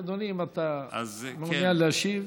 אדוני, אם אתה מעוניין להשיב.